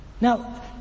Now